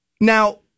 Now